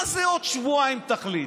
מה זה עוד שבועיים תחליט?